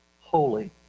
holy